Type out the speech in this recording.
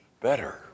better